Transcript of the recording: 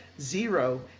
zero